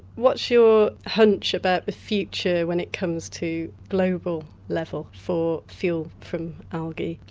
what's your hunch about the future when it comes to global level for fuel from algae?